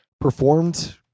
performed